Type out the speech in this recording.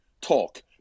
talk